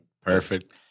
Perfect